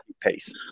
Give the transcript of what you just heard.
pace